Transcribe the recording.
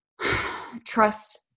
trust